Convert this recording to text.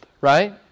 right